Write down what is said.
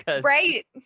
Right